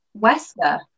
Wesker